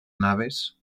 naves